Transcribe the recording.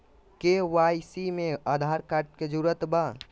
KYC में Aadhaar card के जरूरत बा?